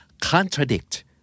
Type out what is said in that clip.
contradict